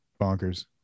bonkers